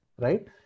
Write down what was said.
Right